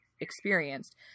experienced